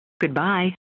Goodbye